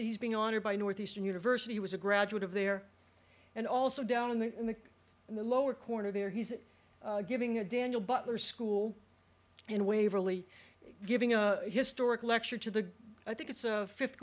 these being honored by northeastern university he was a graduate of there and also down there in the lower corner there he's giving a daniel butler school and waverley giving a historic lecture to the i think it's a fifth